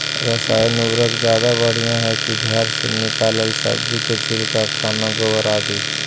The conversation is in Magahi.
रासायन उर्वरक ज्यादा बढ़िया हैं कि घर से निकलल सब्जी के छिलका, खाना, गोबर, आदि?